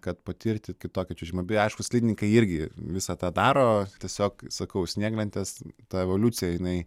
kad patirti kitokį čiuožimą beje aišku slidininkai irgi visą tą daro tiesiog sakau snieglentės ta evoliucija jinai